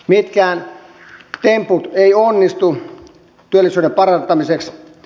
mitkään temput eivät onnistu työllisyyden parantamiseksi